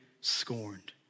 scorned